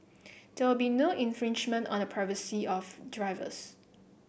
there will be no infringement on the privacy of drivers